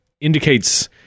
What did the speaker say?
indicates